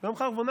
גם חרבונה,